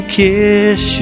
kiss